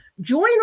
Join